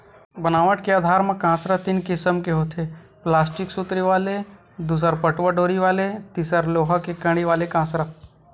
बनावट के आधार म कांसरा तीन किसम के होथे प्लास्टिक सुतरी वाले दूसर पटवा डोरी वाले तिसर लोहा के कड़ी वाले कांसरा